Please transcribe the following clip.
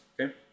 Okay